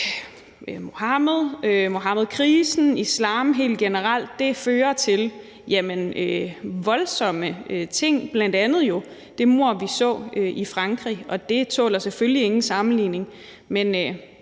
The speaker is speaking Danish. Muhammedkrisen, islam helt generelt fører til voldsomme ting, bl.a. jo det mord, vi så, i Frankrig, og det tåler selvfølgelig ingen sammenligning